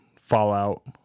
Fallout